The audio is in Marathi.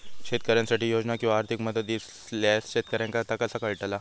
शेतकऱ्यांसाठी योजना किंवा आर्थिक मदत इल्यास शेतकऱ्यांका ता कसा कळतला?